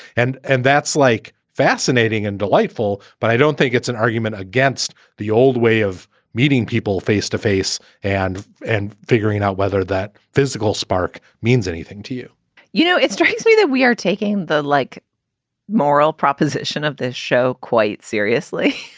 and and that's like fascinating and delightful. but i don't think it's an argument against the old way of meeting people face to face and and figuring out whether that physical spark means anything to you you know, it strikes me that we are taking the like moral proposition of this show quite seriously,